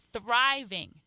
thriving